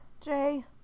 Jay